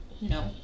No